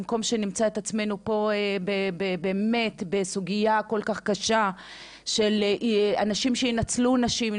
במקום שנמצא את עצמנו פה באמת בסוגייה כל כך קשה של אנשים שינצלו נשים,